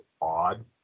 odd